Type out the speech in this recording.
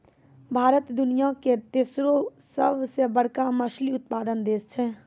भारत दुनिया के तेसरो सभ से बड़का मछली उत्पादक देश छै